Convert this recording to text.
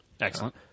Excellent